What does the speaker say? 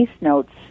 notes